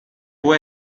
può